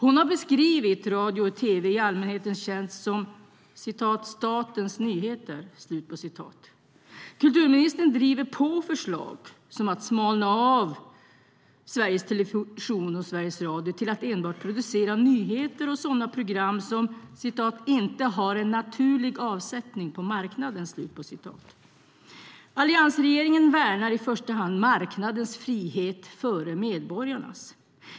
Hon har beskrivit radio och tv i allmänhetens tjänst som "statens nyheter". Kulturministern driver på förslag som att smalna av Sveriges Television och Sveriges Radio till att enbart producera nyheter och sådana program som inte har en naturlig avsättning på marknaden. Alliansregeringen värnar marknadens frihet före medborgarnas.